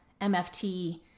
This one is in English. MFT